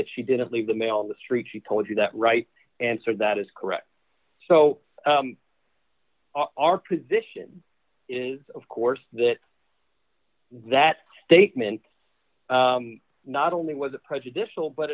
that she didn't leave the mail the street she told you that right answer that is correct so our position is of course that that statement not only was prejudicial but